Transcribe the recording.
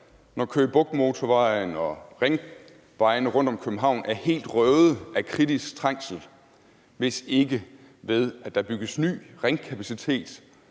når Køge Bugt Motorvejen og ringvejene rundt om København er helt røde af kritisk trængsel, hvis ikke ved, at der bygges ny ringkapacitet